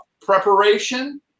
preparation